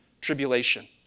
tribulation